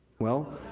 well,